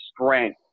strength